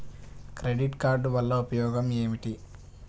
Credit card వల్ల ఉపయోగం ఏమిటీ?